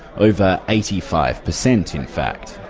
over eighty five percent, in fact.